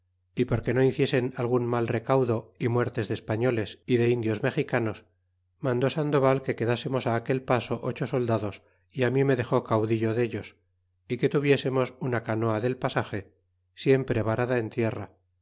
y porque no hiciesen algun mal recaudo y muertes de españoles y de indios mexicanos mandó sandoval que quedasemos aquel paso ocho soldados y mí me dexó caudillo dellos y que tuviesernos una canoa del pasage siempre varada en tierra